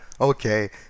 Okay